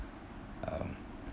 um